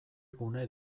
gune